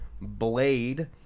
Blade